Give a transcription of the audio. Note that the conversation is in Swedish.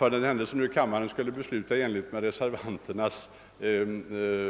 För den händelse kammaren skulle besluta i enlighet med reservanternas